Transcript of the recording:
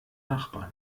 nachbarn